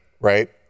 right